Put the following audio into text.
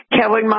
Kelly